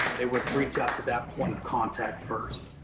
they would reach out to that point of contact first.